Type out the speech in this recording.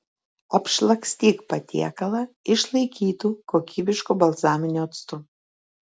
apšlakstyk patiekalą išlaikytu kokybišku balzaminiu actu